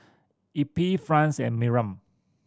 Eppie Franz and Miriam